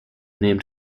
named